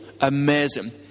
amazing